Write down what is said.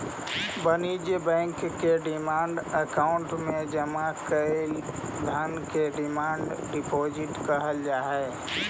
वाणिज्य बैंक के demand account में जमा कैल धन के डिमांड डिपॉजिट कहल जा हई